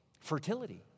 fertility